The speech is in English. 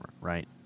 right